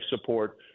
support